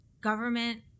government